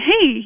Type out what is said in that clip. hey